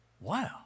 Wow